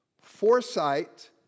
foresight